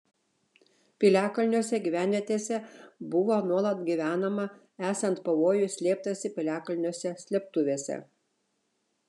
piliakalniuose gyvenvietėse buvo nuolat gyvenama esant pavojui slėptasi piliakalniuose slėptuvėse